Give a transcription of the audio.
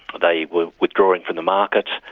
they were withdrawing from the market,